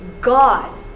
God